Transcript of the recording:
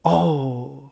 oh